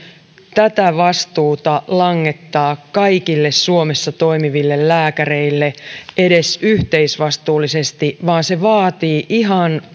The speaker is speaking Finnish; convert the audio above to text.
tätä vastuuta langettaa kaikille suomessa toimiville lääkäreille edes yhteisvastuullisesti vaan se vaatii ihan